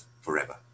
forever